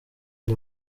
ndi